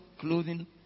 clothing